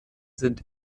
sind